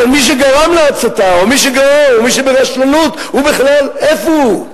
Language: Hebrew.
אבל מי שגרם להצתה או מי שברשלנות, איפה הוא?